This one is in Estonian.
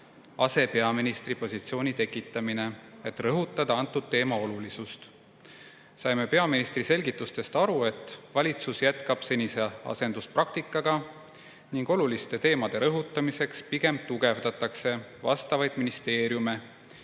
asepeaministri positsiooni tekitamine, et rõhutada antud teema olulisust. Saime peaministri selgitustest aru, et valitsus jätkab senise asenduspraktikaga ning oluliste teemade rõhutamiseks pigem tugevdatakse vastavaid ministeeriume